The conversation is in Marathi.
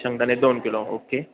शेंगदाणे दोन किलो ओके